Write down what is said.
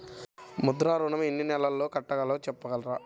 ముద్ర ఋణం ఎన్ని నెలల్లో కట్టలో చెప్పగలరా?